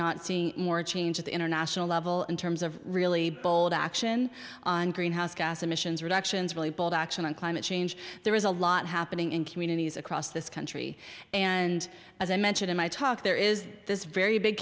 not seeing more change at the international level in terms of really bold action on greenhouse gas emissions reductions really bold action on climate change there is a lot happening in communities across this country and as i mentioned in my talk there is this very big